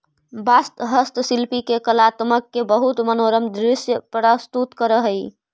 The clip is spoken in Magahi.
बाँस हस्तशिल्पि के कलात्मकत के बहुत मनोरम दृश्य प्रस्तुत करऽ हई